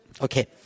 Okay